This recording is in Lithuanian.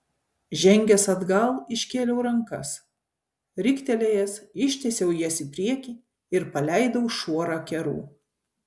žengęs atgal iškėliau rankas riktelėjęs ištiesiau jas į priekį ir paleidau šuorą kerų